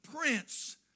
prince